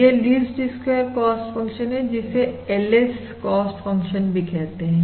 यह least square cost function हैजिसे LS cost function भी कहते हैं